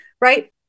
Right